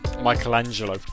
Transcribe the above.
Michelangelo